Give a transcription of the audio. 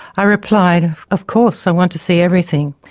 i replied, of course, i want to see everything'.